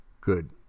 good